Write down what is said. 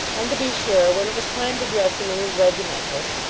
and to be sure, when it was time to dress him in his regimentals,